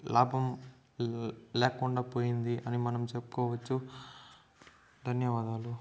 లాభం లేకుండా పోయింది అని మనం చెప్పుకోవచ్చు ధన్యవావాదాలు